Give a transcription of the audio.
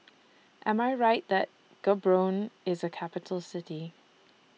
Am I Right that Gaborone IS A Capital City